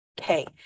Okay